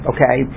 Okay